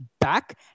back